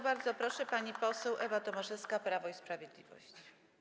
Bardzo proszę, pani poseł Ewa Tomaszewska, Prawo i Sprawiedliwość.